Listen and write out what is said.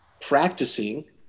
practicing